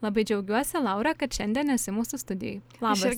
labai džiaugiuosi laura kad šiandien esi mūsų studijoj labas